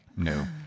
No